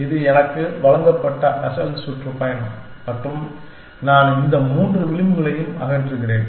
இது எனக்கு வழங்கப்பட்ட அசல் சுற்றுப்பயணம் மற்றும் நான் இந்த மூன்று விளிம்புகளையும் அகற்றுகிறேன்